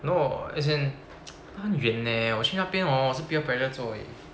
no as in 他很远 leh 我去那边 hor 是 peer pressure 做而已